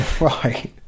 Right